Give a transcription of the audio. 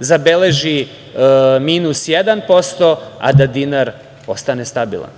zabeleži minus 1%, a da dinar ostane stabilan?